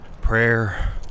prayer